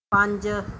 ਪੰਜ